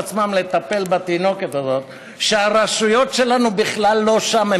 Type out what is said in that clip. עצמם לטפל בתינוקת הזאת כשהרשויות שלנו בכלל לא שם,